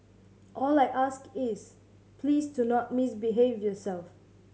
all I ask is please do not misbehave yourself